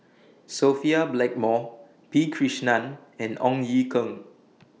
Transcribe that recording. Sophia Blackmore P Krishnan and Ong Ye Kung